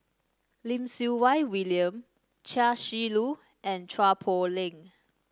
Lim Siew Wai William Chia Shi Lu and Chua Poh Leng